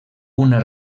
una